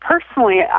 personally